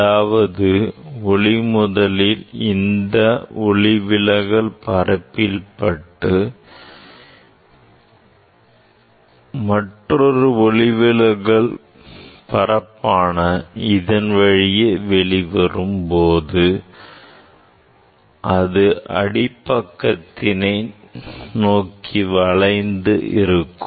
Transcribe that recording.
அதாவது ஒளி முதலில் இந்த ஒளிவிலகல் பரப்பில் பட்டு மற்றொரு ஒளிவிலகல் பரப்பான இதன் வழியே வெளிவரும் போது அது அடி பக்கத்தினை நோக்கி வளைந்து இருக்கும்